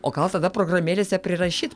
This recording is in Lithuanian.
o gal tada programėlėse prirašyt